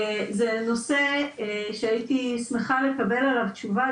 זה נושא שהייתי שמחה לקבל עליו תשובה,